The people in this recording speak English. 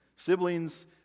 Siblings